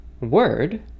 word